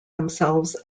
themselves